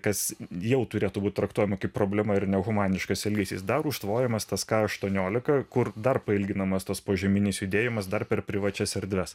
kas jau turėtų būti traktuojama kaip problema ir nehumaniškas elgesys dar užtvojimas tas ka aštuoniolika kur dar pailginamas tas požeminis judėjimas dar per privačias erdves